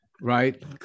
right